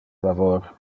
favor